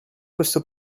questo